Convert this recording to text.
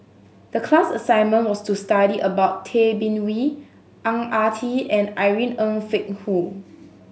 the class assignment was to study about Tay Bin Wee Ang Ah Tee and Irene Ng Phek Hoong